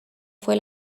fue